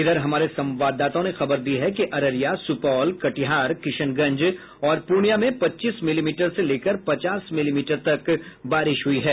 इधर हमारे संवाददाताओं ने खबर दी है कि अररिया सुपौल कटिहार किशनगंज और पूर्णिया में पच्चीस मिलीमीटर से लेकर पचास मिलीमीटर तक बारिश हुई है